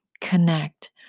connect